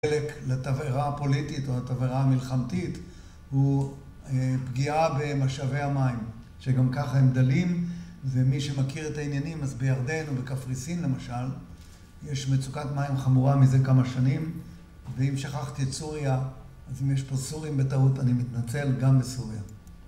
חלק לתבעירה הפוליטית או לתבעירה המלחמתית הוא פגיעה במשאבי המים, שגם ככה הם דלים, ומי שמכיר את העניינים אז בירדן או בקפריסין למשל יש מצוקת מים חמורה מזה כמה שנים, ואם שכחתי את סוריה, אז אם יש פה סורים בטעות, אני מתנצל גם בסוריה.